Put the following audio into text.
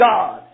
God